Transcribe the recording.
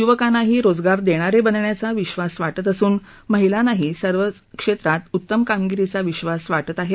युवकांनाही रोजगार देणारे बनण्याचा विश्वास वाटत असून महिलांनाही सर्वच क्षेत्रात उत्तम कामगिरीचा विश्वास वाटत आहे